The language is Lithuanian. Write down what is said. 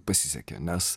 pasisekė nes